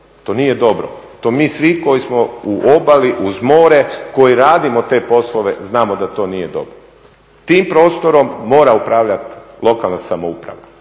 To nije dobro, to mi svi koji smo na obali, uz more, koji radimo te poslove znamo da to nije dobro. Tim prostorom mora upravljati lokalna samouprave,